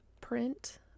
print